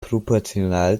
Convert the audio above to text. proportional